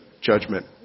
judgment